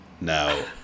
Now